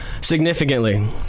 significantly